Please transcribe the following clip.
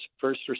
first